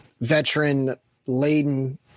veteran-laden